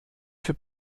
für